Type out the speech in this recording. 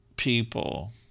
people